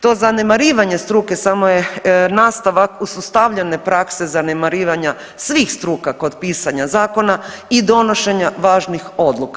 To zanemarivanje struke samo je nastavak usustavljene prakse zanemarivanja svih struka kod pisanja zakona i donošenja važnih odluka.